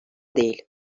değil